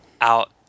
out